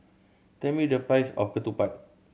tell me the price of ketupat